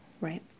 Right